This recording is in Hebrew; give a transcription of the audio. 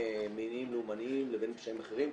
פשעים ממניעים לאומניים, לבין פשעים אחרים.